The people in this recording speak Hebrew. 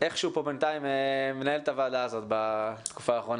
בדיון הקודם אני מניח שעלה